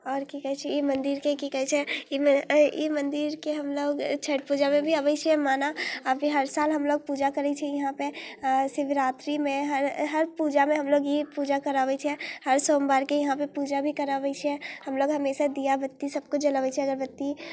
आओर कि कहै छी ई मन्दिर छै कि कहै छै एहि ई मन्दिरके हमलोक छठि पूजामे भी अबै छिए मानऽ अब भी हर साल हमलोक पूजा करै छी इहाँपर शिवरात्रिमे हर हर पूजामे हमलोक ई पूजा कराबै छिए हर सोमवारके इहाँपर पूजा भी कराबै छिए हमलोक हमेशा दीआबाती सबकिछु जलबै छिए अगरबत्ती